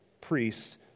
priests